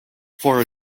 for